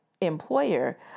employer